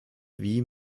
wie